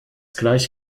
gleich